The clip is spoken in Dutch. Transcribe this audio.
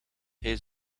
hij